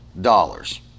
dollars